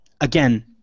again